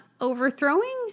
Overthrowing